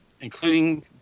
including